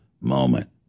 moment